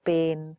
Pain